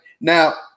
Now